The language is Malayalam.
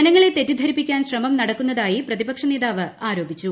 ജനങ്ങളെ തെറ്റിദ്ധരിപ്പിക്കാൻ ശ്രമം നടക്കുന്നതായി പ്രതിപക്ഷ നേതാവ് ആരോപിച്ചു